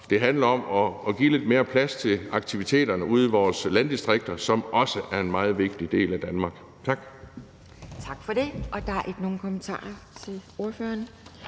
Det handler om at give lidt mere plads til aktiviteterne ude i vores landdistrikter, som også er en meget vigtig del af Danmark. Tak.